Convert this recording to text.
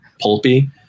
pulpy